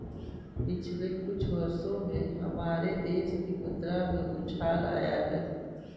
पिछले कुछ वर्षों में हमारे देश की मुद्रा में उछाल आया है